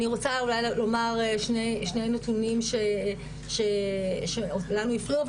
אני רוצה לומר שני נתונים שלנו הפריעו,